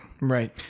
Right